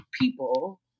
people